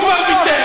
הוא כבר ויתר.